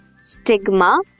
stigma